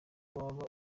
waba